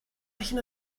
allan